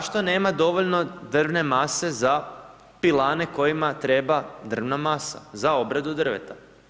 Zašto nema dovoljno drvne mase za pilane kojima treba drvna masa za obradu drveta?